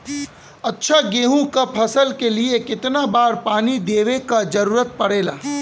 अच्छा गेहूँ क फसल के लिए कितना बार पानी देवे क जरूरत पड़ेला?